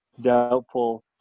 doubtful